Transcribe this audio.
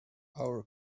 our